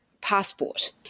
passport